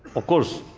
of course,